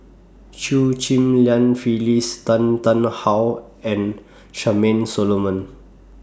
Chew Ghim Lian Phyllis Tan Tarn How and Charmaine Solomon